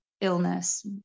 illness